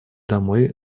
домой